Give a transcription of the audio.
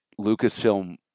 Lucasfilm